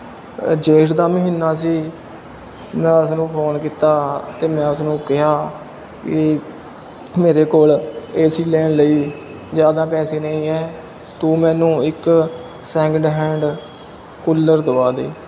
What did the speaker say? ਜੇਠ ਦਾ ਮਹੀਨਾ ਸੀ ਮੈਂ ਉਸਨੂੰ ਫੋਨ ਕੀਤਾ ਅਤੇ ਮੈਂ ਉਸਨੂੰ ਕਿਹਾ ਵੀ ਮੇਰੇ ਕੋਲ ਏ ਸੀ ਲੈਣ ਲਈ ਜ਼ਿਆਦਾ ਪੈਸੇ ਨਹੀਂ ਹੈ ਤੂੰ ਮੈਨੂੰ ਇੱਕ ਸੈਕਿੰਡ ਹੈਂਡ ਕੂਲਰ ਦਵਾ ਦੇ